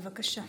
בבקשה.